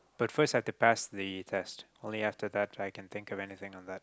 but first have to pass the test only after that I can think of anything on that